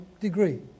degree